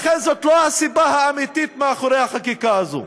לכן, זאת לא הסיבה האמיתית מאחורי החקיקה הזאת.